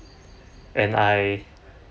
and I